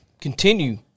Continue